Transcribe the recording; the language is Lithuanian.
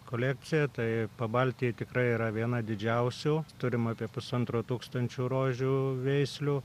kolekcija tai pabaltyje tikrai yra viena didžiausių turim apie pusantro tūkstančio rožių veislių